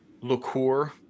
liqueur